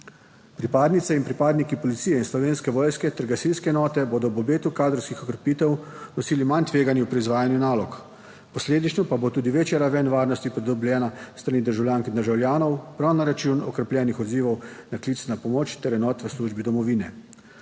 Pripadnice in pripadniki policije in Slovenske vojske ter gasilske enote bodo ob obetu kadrovskih okrepitev nosili manj tveganja pri izvajanju nalog, posledično pa bo tudi večja raven varnosti pridobljena s strani državljank in državljanov prav na račun okrepljenih odzivov na klic na pomoč ter enot v službi domovine.